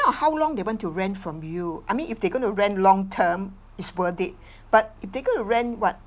on how long they want to rent from you I mean if they gonna rent long-term is worth it but if they gonna rent what